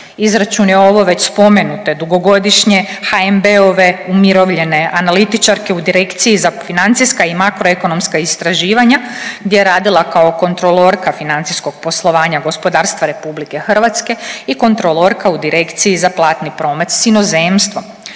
Izračun je ovo već spomenute dugogodišnje HNB-ove umirovljene analitičarke u Direkciji za financijska i makroekonomska istraživanja gdje je radila kao kontrolorka financijskog poslovanja gospodarstva RH i kontrolorka u Direkciji za platni promet s inozemstvom.